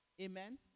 Amen